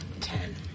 Ten